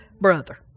brother